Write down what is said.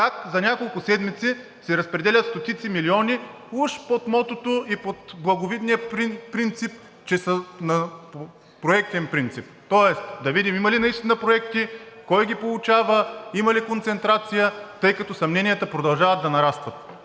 как за няколко седмици се разпределят стотици милиони, уж под мотото и под благовидния принцип, че са на проектен принцип, тоест да видим има ли наистина проекти, кой ги получава, има ли концентрация, тъй като съмненията продължават да нарастват.